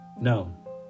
no